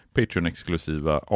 Patreon-exklusiva